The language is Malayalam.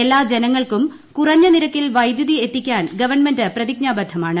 എല്ലാ ജനങ്ങൾക്കും കുറഞ്ഞനിരക്കിൽ വൈദ്യുതി എത്തിക്കാൻ ഗവൺമെന്റ് പ്രതിജ്ഞാബദ്ധമാണ്